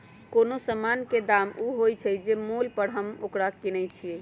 कोनो समान के दाम ऊ होइ छइ जे मोल पर हम ओकरा किनइ छियइ